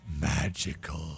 magical